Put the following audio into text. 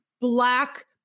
black